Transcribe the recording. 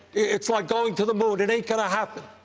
it's like going to the moon. it ain't going to happen.